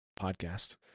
podcast